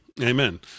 Amen